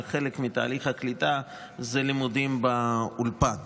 שחלק מתהליך הקליטה זה לימודים באולפן.